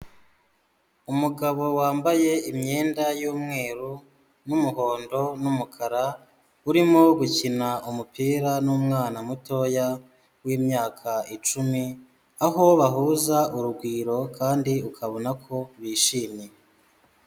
Umugabo wambaye imyenda y'umweru n'umuhondo n'umukara, urimo gukina umupira n'umwana mutoya w'imyaka icumi, aho bahuza urugwiro kandi ukabona ko bishimye.